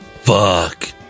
Fuck